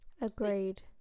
Agreed